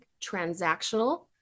transactional